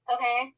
Okay